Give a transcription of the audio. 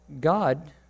God